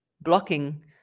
blocking